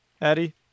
Eddie